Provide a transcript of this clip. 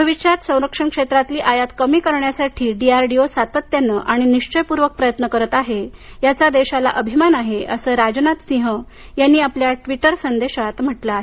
भविष्यात संरक्षण क्षेत्रातली आयात कमी करण्यासाठी डीआरडीओ सातत्यानं आणि निश्चयपूर्वक प्रयत्न करत आहे याचा देशाला अभिमान आहे असं राजनाथ सिंह यांनी आपल्या ट्विटर संदेशात म्हटलं आहे